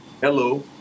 Hello